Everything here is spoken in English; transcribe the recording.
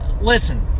Listen